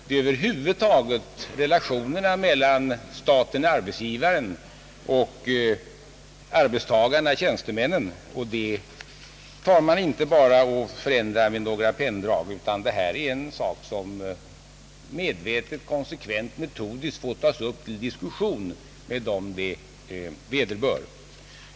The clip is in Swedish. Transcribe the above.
Det är relationerna mellan staten-arbetsgivaren och tjänstemännenarbetstagarna. Den förändrar man inte med några penndrag, utan det är en sak som medvetet, konsekvent och metodiskt får tas upp till diskussion med dem det vederbör.